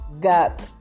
got